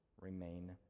remain